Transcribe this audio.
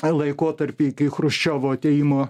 laikotarpį iki chruščiovo atėjimo